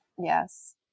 Yes